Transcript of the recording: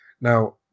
Now